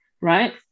right